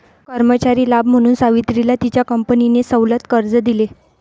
कर्मचारी लाभ म्हणून सावित्रीला तिच्या कंपनीने सवलत कर्ज दिले